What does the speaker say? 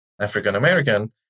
African-American